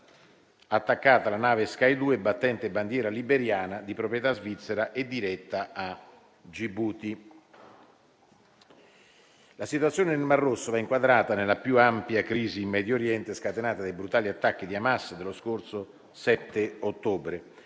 attaccata la nave Sky II battente bandiera liberiana, di proprietà svizzera, e diretta a Gibuti. La situazione nel Mar Rosso va inquadrata nella più ampia crisi in Medio Oriente scatenata dai brutali attacchi di Hamas dello scorso 7 ottobre.